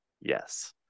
yes